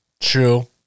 True